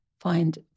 find